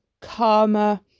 karma